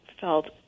felt